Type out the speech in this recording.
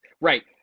Right